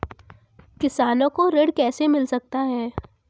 किसानों को ऋण कैसे मिल सकता है?